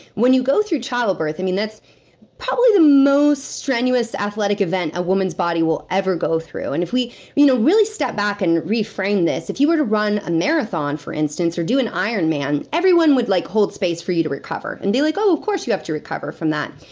when you go through childbirth. i mean, that's probably the most strenuous athletic event a woman's body will ever go through and if we you know really stand back and reframe this. if you were to run a marathon, for instance, or do an iron man, everyone would like hold space for you to recover, and be like oh, of course you have to recover from that.